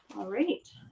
alright.